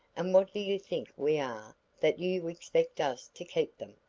and what do you think we are that you expect us to keep them?